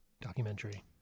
documentary